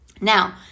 Now